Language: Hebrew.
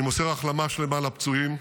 אני מוסר החלמה שלמה לפצועים.